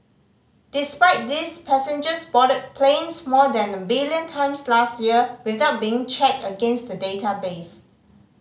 despite this passengers boarded planes more than a billion times last year without being checked against the database